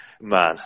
man